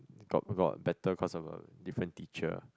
got got better cause of a different teacher